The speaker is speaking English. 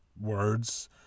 words